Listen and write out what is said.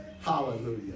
hallelujah